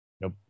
Nope